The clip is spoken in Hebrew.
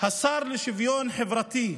השר לשוויון חברתי,